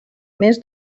més